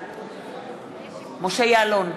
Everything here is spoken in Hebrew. בעד משה יעלון,